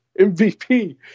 MVP